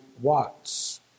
Watts